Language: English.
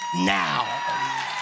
now